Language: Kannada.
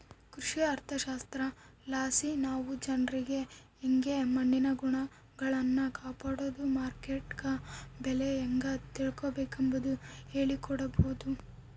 ಕೃಷಿ ಅರ್ಥಶಾಸ್ತ್ರಲಾಸಿ ನಾವು ಜನ್ರಿಗೆ ಯಂಗೆ ಮಣ್ಣಿನ ಗುಣಗಳ್ನ ಕಾಪಡೋದು, ಮಾರ್ಕೆಟ್ನಗ ಬೆಲೆ ಹೇಂಗ ತಿಳಿಕಂಬದು ಹೇಳಿಕೊಡಬೊದು